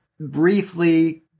briefly